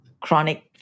chronic